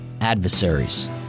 adversaries